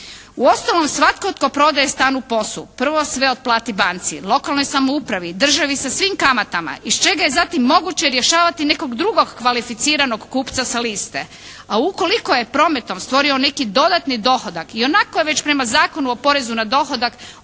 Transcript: Uostalom svatko tko prodaje stan u POS-u prvo sve otplati banci, lokalnoj samoupravi, državi sa svim kamatama iz čega je zatim moguće rješavati nekog drugog kvalificiranog kupca sa liste, a ukoliko je prometom stvorio neki dodatni dohodak ionako je već prema Zakonu o porezu na dohodak